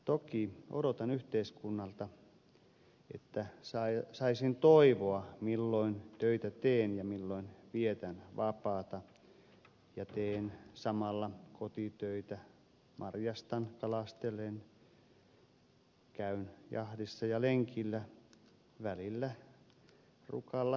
toki odotan yhteiskunnalta että saisin toivoa milloin töitä teen ja milloin vietän vapaata ja teen samalla kotitöitä marjastan kalastelen käyn jahdissa ja lenkillä välillä rukalla hiihdellenkin